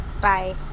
bye